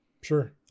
Sure